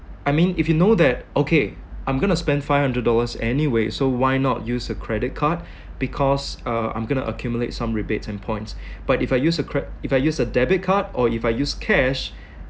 I mean if you know that okay I'm going to spend five hundred dollars anyway so why not use a credit card because uh I'm gonna accumulate some rebates and points but if I use a cre~ if I use a debit card or if I use cash